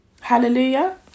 hallelujah